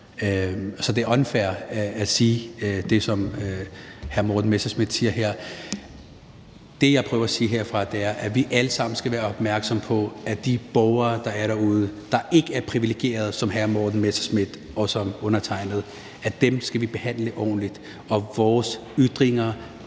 Så det er unfair at sige det, som hr. Morten Messerschmidt siger her. Det, jeg prøver at sige herfra, er, at vi alle sammen skal være opmærksomme på, at de borgere, der er derude, og som ikke er privilegerede som hr. Morten Messerschmidt og undertegnede, skal vi behandle ordentligt, og at vores ytringer